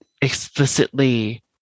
explicitly